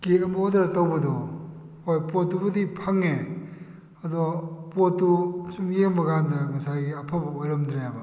cake ꯑꯃ order ꯇꯧꯕꯗꯣ ꯍꯣꯏ ꯄꯣꯠꯇꯨꯕꯨꯗꯤ ꯐꯪꯉꯦ ꯑꯗꯣ ꯄꯣꯠꯇꯨ ꯑꯁꯨꯝ ꯌꯦꯡꯕ ꯀꯥꯟꯗ ꯉꯁꯥꯏꯒꯤ ꯑꯐꯕ ꯑꯣꯏꯔꯝꯗ꯭ꯔꯦꯕ